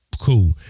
Cool